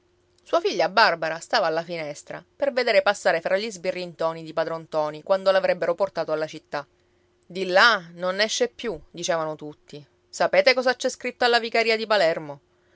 sua figlia barbara stava alla finestra per vedere passare fra gli sbirri ntoni di padron ntoni quando l'avrebbero portato alla città di là non n'esce più dicevano tutti sapete cosa c'è scritto alla vicaria di palermo